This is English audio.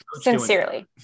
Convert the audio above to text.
sincerely